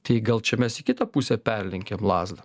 tai gal čia mes į kitą pusę perlenkėm lazdą